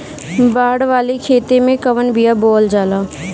बाड़ वाले खेते मे कवन बिया बोआल जा?